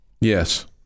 Yes